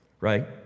right